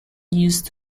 used